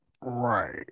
Right